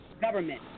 government